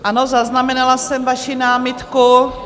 Ano, zaznamenala jsem vaši námitku.